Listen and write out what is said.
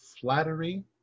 Flattery